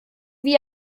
wie